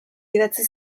idatzi